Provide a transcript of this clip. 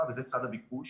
וזה צד הביקוש.